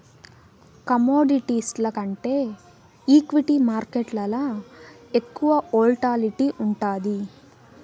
కమోడిటీస్ల కంటే ఈక్విటీ మార్కేట్లల ఎక్కువ వోల్టాలిటీ ఉండాది